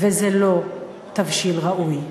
וזה לא תבשיל ראוי.